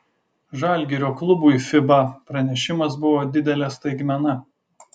žalgirio klubui fiba pranešimas buvo didelė staigmena